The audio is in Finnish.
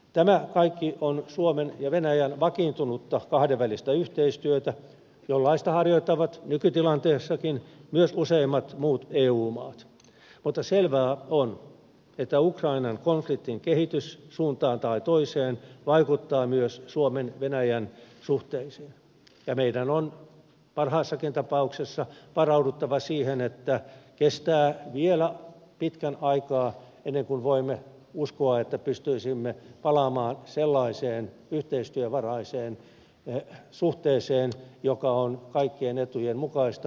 tämä kaikki on suomen ja venäjän vakiintunutta kahdenvälistä yhteistyötä jollaista harjoittavat nykytilanteessakin myös useimmat muut eu maat mutta selvää on että ukrainan konfliktin kehitys suuntaan tai toiseen vaikuttaa myös suomen venäjän suhteisiin ja meidän on parhaassakin tapauksessa varauduttava siihen että kestää vielä pitkän aikaa ennen kuin voimme uskoa että pystyisimme palaamaan sellaiseen yhteistyövaraiseen suhteeseen joka on kaikkien etujen mukaista